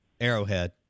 Arrowhead